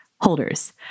holders